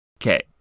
Okay